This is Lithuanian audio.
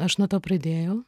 aš nuo to pradėjau